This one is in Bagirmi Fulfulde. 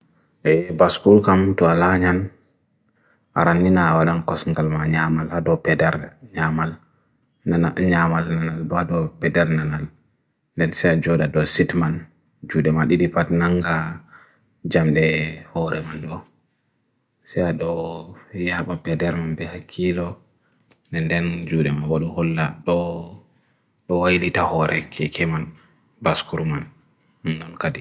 e baskul kam tu ala nyan aran nina awadan kosn kalma nyamal, hado peder nyamal, nana nyamal nanal, bado peder nanal dan se a joda do sit man, judema didipat nanga jamde hoore man do se hado he hapa peder man beha kilo, nan den judema wadu hola do alita hoore ke ke man baskur man